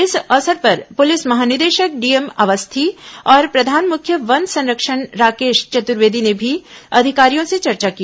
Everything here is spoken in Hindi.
इस अवसर पर पुलिस महानिदेशक डीएम अवस्थी और प्रधान मुख्य वन संरक्षण राकेश चतुर्वेदी ने भी अधिकारियों से चर्चा की